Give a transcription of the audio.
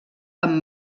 amb